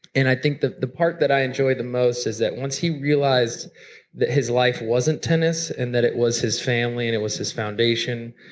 and i think the the part that i enjoyed the most was that once he realized that his life wasn't tennis and that it was his family and it was his foundation,